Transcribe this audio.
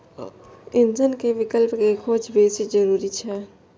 ईंधन के विकल्प के खोज बेसी जरूरी छै